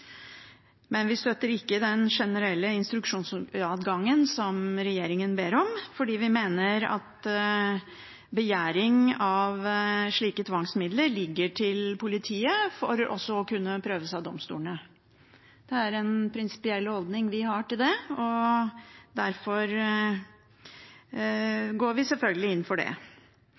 men vi støtter ikke den generelle instruksjonsadgangen som regjeringen ber om, fordi vi mener at begjæring av slike tvangsmidler bør ligge til politiet, for så å kunne prøves av domstolene. Det er en prinsipiell holdning vi har til det, og derfor går vi selvfølgelig inn for det.